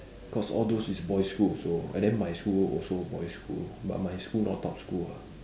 because all those is boys' school also and then my school also boys' school but my school not top school lah